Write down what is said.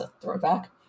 throwback